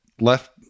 left